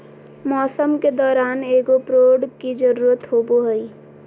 मौसम के दौरान एगो प्रोड की जरुरत होबो हइ